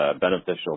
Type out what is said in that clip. beneficial